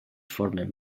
formen